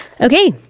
Okay